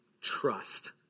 Trust